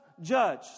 judge